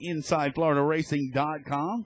InsideFloridaRacing.com